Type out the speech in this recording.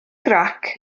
grac